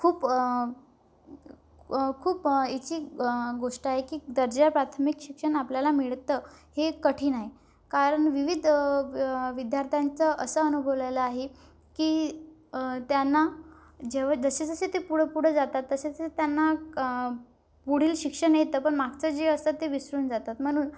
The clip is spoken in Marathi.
खूप खूप इची गोष्ट आहे की दर्जा प्राथमिक शिक्षण आपल्याला मिळतं हे कठीण आहे कारण विविध विद्यार्थ्यांचं असं अनुभवलेलं आहे की त्यांना जेंव्हा जसे जसे ते पुढं पुढं जातात तसे तसे त्यांना पुढील शिक्षण येतं पण मागचं जे असतं ते विसरून जातात म्हणून